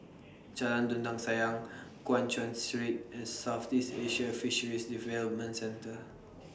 Jalan Dondang Sayang Guan Chuan Street and Southeast Asian Fisheries Development Centre